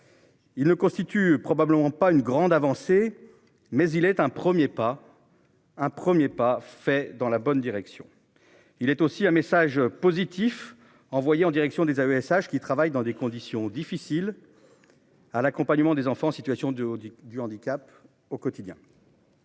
Il ne constituent probablement pas une grande avancée. Mais il est un 1er pas. Un 1er pas fait dans la bonne direction. Il est aussi un message positif envoyé en direction des AESH qui travaillent dans des conditions difficiles. À l'accompagnement des enfants en situation de Audi du handicap au quotidien.--